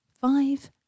five